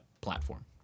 platform